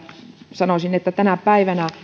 sanoisin että tänä päivänä